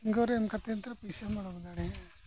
finger ᱮᱢ ᱠᱟᱛᱮᱫ ᱫᱚ ᱯᱚᱭᱥᱟᱢ ᱩᱰᱩᱠ ᱫᱟᱲᱮᱭᱟᱜᱼᱟ